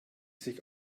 sich